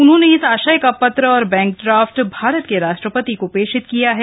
उन्होंने इस आशय का पत्र और बैंक ड्राफ़्ट भारत के राष्ट्रपति को प्रेषित किया है